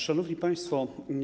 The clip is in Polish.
Szanowni Państwo!